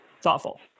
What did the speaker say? thoughtful